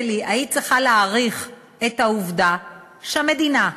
שלי, היית צריכה להעריך את העובדה שהמדינה,